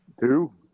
Two